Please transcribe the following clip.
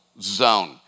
zone